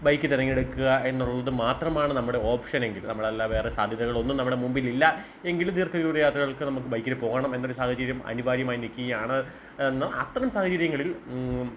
bike തിരഞ്ഞെടുക്കുക എന്നുള്ളത് മാത്രമാണ് നമ്മുടെ ഓപ്ഷൻ എങ്കിൽ നമ്മൾ അല്ല വേറെ സാധ്യതകളൊന്നും നമ്മുടെ മുമ്പിൽ ഇല്ല എങ്കിൽ ദീർഘദൂര യാത്രകൾക്ക് നമുക്ക് ബൈക്കിന് പോകണം എന്നൊരു സാഹചര്യം അനിവാര്യമായി നിൽക്കുകയാണ് എന്നോ അത്തരം സാഹചര്യങ്ങളിൽ